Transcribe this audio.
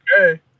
Okay